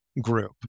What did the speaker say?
group